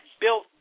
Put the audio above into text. built